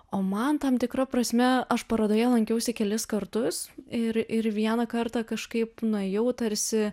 o man tam tikra prasme aš parodoje lankiausi kelis kartus ir ir vieną kartą kažkaip nuėjau tarsi